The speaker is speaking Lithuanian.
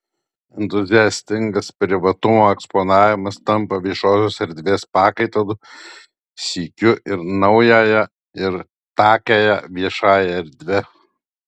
entuziastingas privatumo eksponavimas tampa viešosios erdvės pakaitalu sykiu ir naująją takiąja viešąja erdve